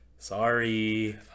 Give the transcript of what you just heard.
Sorry